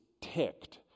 ticked